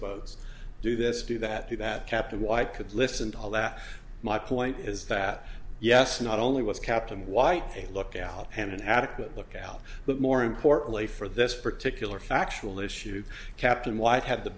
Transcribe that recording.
boats do this do that do that capt white could listen to all that my point is that yes not only was captain white a lookout and an adequate lookout but more importantly for this particular factual issue captain white had the